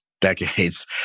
decades